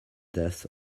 death